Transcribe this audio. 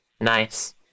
Nice